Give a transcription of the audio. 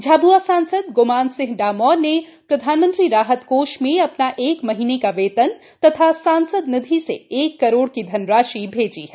झाब्आ सांसद ग्मानसिंह डामोर ने प्रधानमंत्री राहत कोष में अपना एक माह का वेतन तथा सांसद निधि से एक करोड की धनराशि भेजी गई है